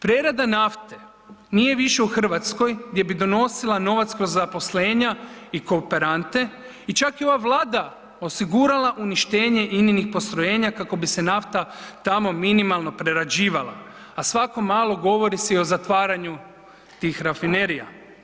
Prerada nafte nije više u Hrvatskoj gdje bi donosila novac kroz zaposlenja i kooperante i čak je ova Vlada osigurala uništenje Ininih postrojenja kako bi se nafta tamo minimalno prerađivala, a svako malo govori se i o zatvaranju tih rafinerija.